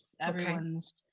everyone's